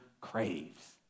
craves